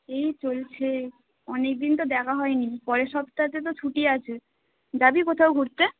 এই চলছে অনেক দিন তো দেখা হয় নি পরের সপ্তাতে তো ছুটি আছে যাবি কোথাও ঘুরতে